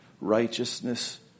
righteousness